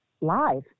live